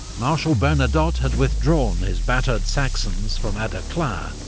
marshal bernadotte had withdrawn his battered saxons from aderklaa,